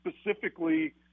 specifically